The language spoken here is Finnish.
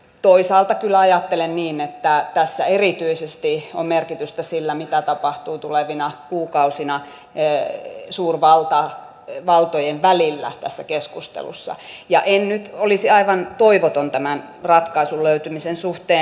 toisaalta kyllä ajattelen niin että tässä erityisesti on merkitystä sillä mitä tapahtuu tulevina kuukausina suurvaltojen välillä tässä keskustelussa ja en nyt olisi aivan toivoton tämän ratkaisun löytymisen suhteen